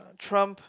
Trump